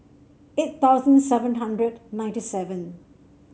eight thousand seven hundred ninety seven